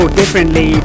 differently